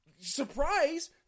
Surprise